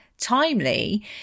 timely